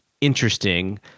interesting